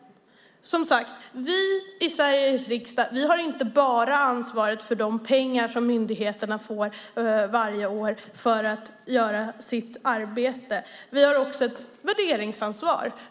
Som sagt har vi i Sveriges riksdag inte bara ansvar för de pengar som myndigheterna får varje år för att göra sitt arbete. Vi har också ett värderingsansvar.